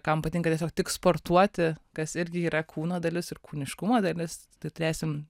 kam patinka tiesiog tik sportuoti kas irgi yra kūno dalis ir kūniškumo dalis tai turėsim